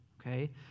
okay